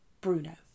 Bruno